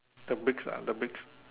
the bricks lah the bricks